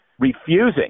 refusing